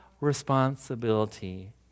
responsibility